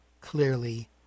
clearly